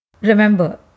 Remember